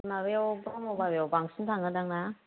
माबायाव ब्रह्म बाबायाव बांसिन थाङोहोनदांना